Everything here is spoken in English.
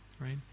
right